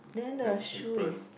then apron